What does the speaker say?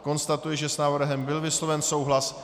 Konstatuji, že s návrhem byl vysloven souhlas.